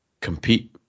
compete